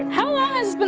how long has but